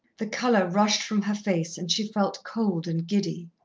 the colour rushed from her face and she felt cold and giddy.